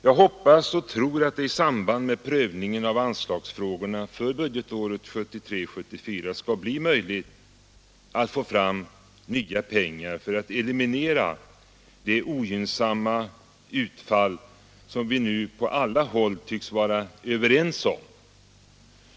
Jag hoppas och tror att det i samband med prövningen av anslagsfrågorna för budgetåret 1973/74 skall bli möjligt att få fram nya pengar för att eliminera det ogynnsamma utfall som vi nu på alla håll tycks vara överens om har blivit följden.